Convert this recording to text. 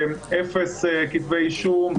אפס כתבי אישום,